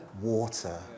water